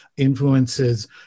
influences